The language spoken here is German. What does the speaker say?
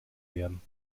werden